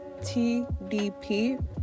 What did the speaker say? TDP